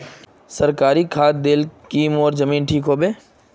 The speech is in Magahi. सरकारी खाद दिल की मोर जमीन ठीक होबे?